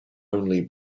only